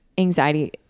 Anxiety